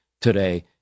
today